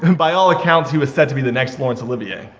and by all accounts he was set to be the next lawrence olivier.